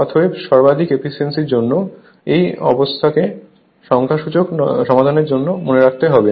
অতএব সর্বাধিক এফিসিয়েন্সির জন্য এই অবস্থাকে সংখ্যাসূচক সমাধানের জন্য মনে রাখতে হবে